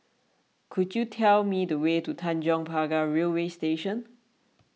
could you tell me the way to Tanjong Pagar Railway Station